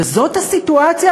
וזאת הסיטואציה.